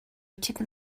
tipyn